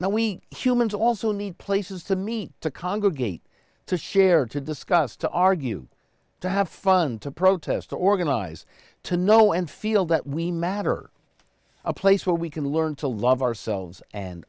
we humans also need places to meet to congregate to share to discuss to argue to have fun to protest to organize to know and feel that we matter a place where we can learn to love ourselves and